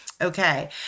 Okay